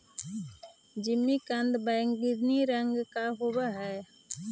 जिमीकंद बैंगनी रंग का होव हई